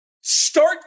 Start